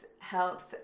helps